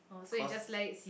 cause